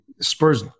Spurs